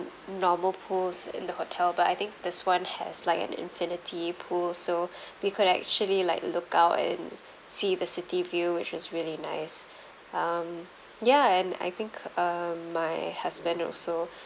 normal pools in the hotel but I think this [one] has like an infinity pool so we could actually like look out and see the city view which is really nice um ya and I think um my husband also